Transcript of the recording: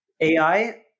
AI